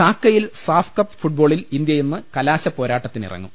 ധാക്കയിൽ SAFF cup ഫുട്ബോളിൽ India ഇന്ന് കലാശ പ്പോരാട്ടത്തിനിറങ്ങും